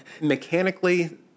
Mechanically